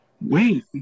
wait